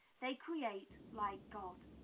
they create, like god.